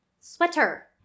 sweater